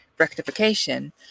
rectification